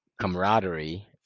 camaraderie